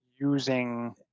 using